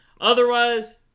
Otherwise